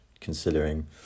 considering